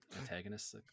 antagonists